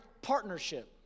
partnership